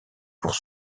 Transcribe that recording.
pour